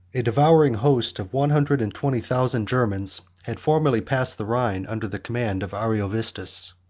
a devouring host of one hundred and twenty thousand germans had formerly passed the rhine under the command of ariovistus.